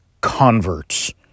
converts